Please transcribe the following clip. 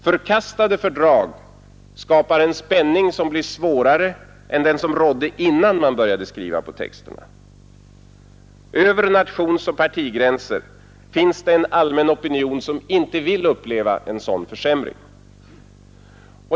Förkastade fördrag skapar en spänning som blir svårare än den som rådde innan man började skriva på texterna. Över nationsoch partigränser finns det en allmän opinion som inte vill uppleva en sådan försämring.